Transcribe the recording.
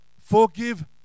forgive